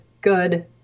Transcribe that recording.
good